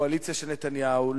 והקואליציה של נתניהו,